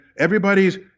Everybody's